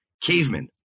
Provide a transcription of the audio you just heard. cavemen